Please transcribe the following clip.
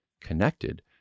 connected